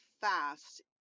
fast